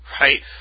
right